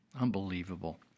Unbelievable